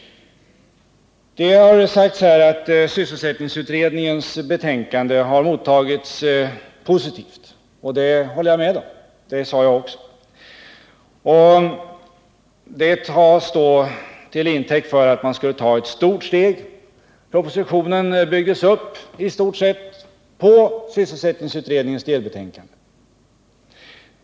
Här har sagts att sysselsättningsutredningens betänkande mottagits positivt, och det håller jag med om. Propositionen byggdes i stort sett upp på sysselsättningsutredningens delbetänkande.